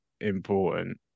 important